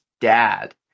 Dad